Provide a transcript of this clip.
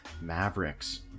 Mavericks